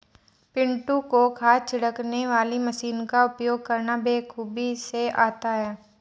पिंटू को खाद छिड़कने वाली मशीन का उपयोग करना बेखूबी से आता है